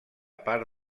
part